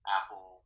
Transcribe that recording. Apple